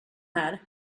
här